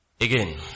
Again